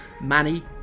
Manny